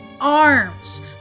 arms